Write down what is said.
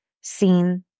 seen